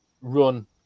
run